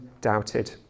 doubted